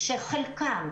כשחלקם,